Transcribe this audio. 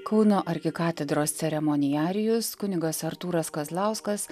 kauno arkikatedros ceremonijarijus kunigas artūras kazlauskas